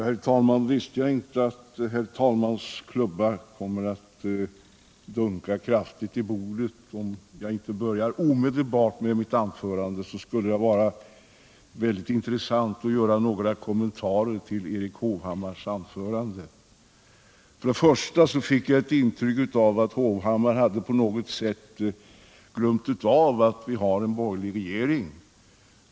Herr talman! Det vore väldigt intressant att få göra några kommentarer till Erik Hovhammars anförande, men med tanke på att talmannens klubba väl kommer att dunka kraftigt i bordet om jag inte relativt omedelbart börjar mitt egentliga anförande, inskränker jag mig till att dessförinnan säga följande. För det första fick jag ett intryck av att Erik Hovhammar på något sätt hade glömt att vi har en borgerlig regering.